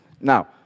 Now